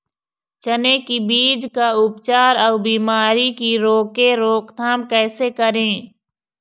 चने की बीज का उपचार अउ बीमारी की रोके रोकथाम कैसे करें?